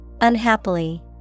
Unhappily